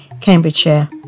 Cambridgeshire